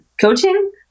coaching